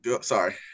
sorry